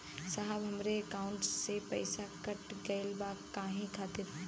साहब हमरे एकाउंट से पैसाकट गईल बा काहे खातिर?